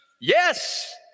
yes